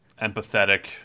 empathetic